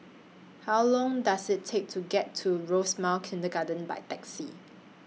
How Long Does IT Take to get to Rosemount Kindergarten By Taxi